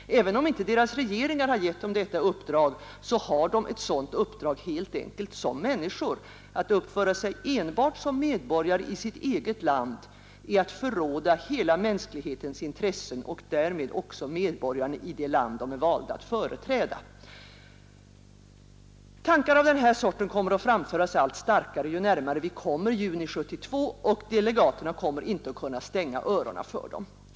Även om inte deras regeringar har gett dem detta uppdrag, så har de ett sådant uppdrag helt enkelt som människor. Att uppföra sig enbart som medborgare i sitt eget land är att förråda hela mänsklighetens intressen och därmed också medborgarna i det land de är valda att företräda. Tankar av den här sorten kommer att framföras allt starkare ju närmare vi kommer juni 1972, och delegaterna kommer inte att kunna stänga öronen för dem.